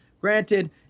Granted